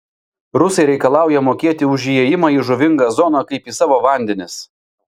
rusai reikalauja mokėti už įėjimą į žuvingą zoną kaip į savo vandenis